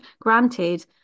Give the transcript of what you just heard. granted